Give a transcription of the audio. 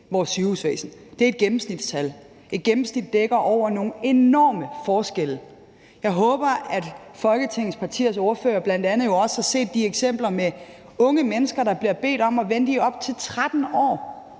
vores sygehusvæsen. Det er et gennemsnitstal. Et gennemsnit dækker over nogle enorme forskelle. Jeg håber, at Folketingets partiers ordførere bl.a. også har set de eksempler med unge mennesker, der bliver bedt om at vente i op til 13 år